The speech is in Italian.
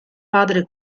padre